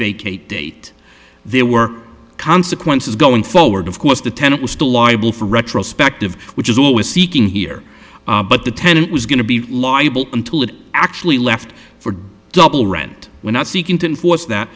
vacate date there were consequences going forward of course the tenant was still liable for retrospective which is always seeking here but the tenant was going to be liable until it actually left for double rent without seeking to enforce that